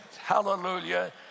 hallelujah